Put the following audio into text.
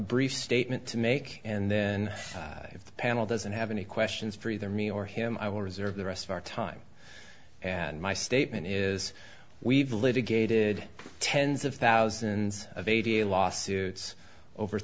brief statement to make and then if the panel doesn't have any questions for either me or him i will reserve the rest of our time and my statement is we've litigated tens of thousands of eighty lawsuits over